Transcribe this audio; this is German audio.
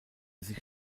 sich